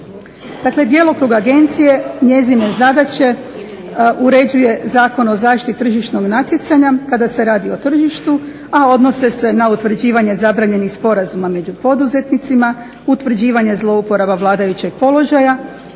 Dakle, djelokrug agencije njezine zadaće uređuje Zakon o tržišnog natjecanja kada se radi o tržištu a odnose se na utvrđivanje zabranjenih sporazuma među poduzetnicima, utvrđivanje zlouporaba vladajućeg položaja